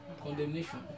condemnation